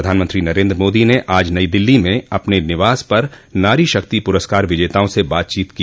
प्रधानमंत्री नरेन्द्र मोदी ने आज नई दिल्ली में अपने निवास पर नारी शक्ति पुरस्कार विजेताओं से बातचीत की